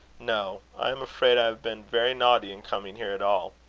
no. i am afraid i have been very naughty in coming here at all.